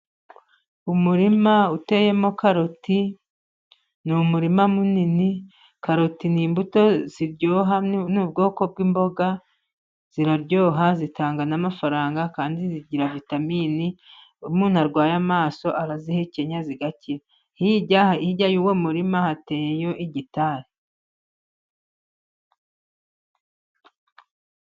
Umurima uteyemo karoti ni umurima munini. Karoti ni imbuto ziryoha, ni ubwoko bw'imboga ziraryoha zitanga n'amafaranga, kandi zigira vitaminini, umuntu arwaye amaso, arazihekenya agakira. Hirya y'uwo murima hateyeyo igitari.